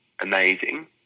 amazing